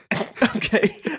Okay